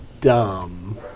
dumb